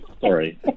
Sorry